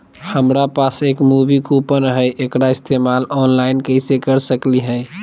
हमरा पास एक मूवी कूपन हई, एकरा इस्तेमाल ऑनलाइन कैसे कर सकली हई?